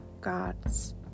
gods